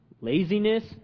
laziness